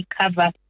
cover